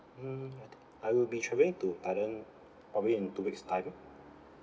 mm I think I will be travelling to thailand probably in two weeks' time